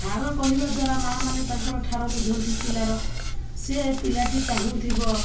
ଠାର କହିବା ଦ୍ୱାରା ମାଆ ମାନେ ତାଙ୍କର ଠାର ବୁଝନ୍ତି ପିଲାର ସେ ପିଲାଟି ଚାହୁଁଥିବ